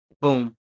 Boom